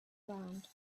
round